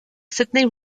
sydney